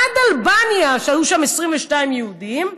עד אלבניה, שהיו שם 22 יהודים.